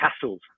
castles